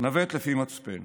נווט לפי המצפן.